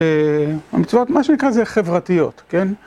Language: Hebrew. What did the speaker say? המצוות, מה שנקרא זה חברתיות, כן?